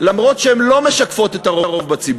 אף שהיא לא משקפת את הרוב בציבור,